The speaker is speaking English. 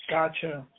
Gotcha